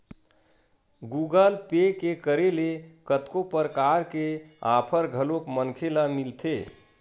Google Pay के करे ले कतको परकार के आफर घलोक मनखे ल मिलथे